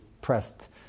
pressed